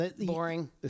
Boring